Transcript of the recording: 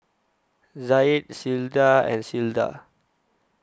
Zaid Clyda and Clyda